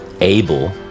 Abel